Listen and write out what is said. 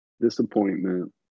disappointment